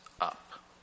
up